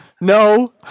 No